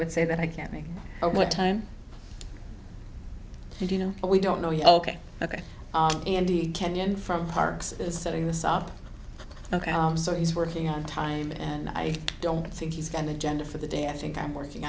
would say that i can't make out what time you do you know but we don't know you ok ok andy kenyon from parks is setting this up ok so he's working on time and i don't think he's got an agenda for the day i think i'm working